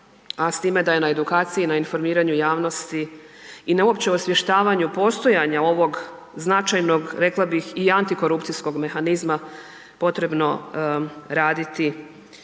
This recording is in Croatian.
a s time da je na edukaciji, informiranju javnosti i na uopće osvještavanju postojanja ovog značajnog, rekla bih i antikorupcijskog mehanizma potrebno raditi